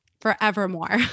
forevermore